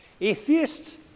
atheists